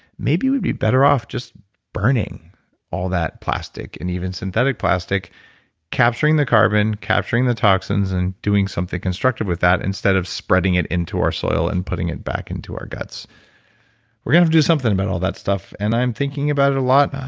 maybe we'd be better off just burning all that plastic, and even synthetic plastic capturing the carbon, capturing the toxins, and doing something constructive with that instead of spreading it into our soil and putting it back into our guts we're going to have to do something about all that stuff, and i'm thinking about it a lot,